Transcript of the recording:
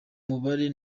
mubare